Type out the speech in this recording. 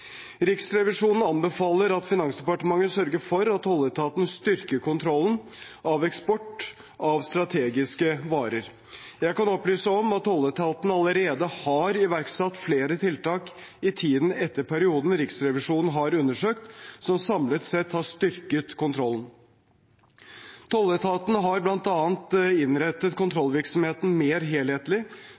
Riksrevisjonen anbefaler at Finansdepartementet sørger for at tolletaten styrker kontrollen av eksport av strategiske varer. Jeg kan opplyse om at tolletaten allerede har iverksatt flere tiltak i tiden etter perioden Riksrevisjonen har undersøkt, som samlet sett har styrket kontrollen. Tolletaten har bl.a. innrettet kontrollvirksomheten mer helhetlig,